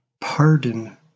pardon